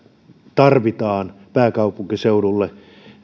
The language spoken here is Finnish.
tarvitaan pääkaupunkiseudulle